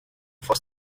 for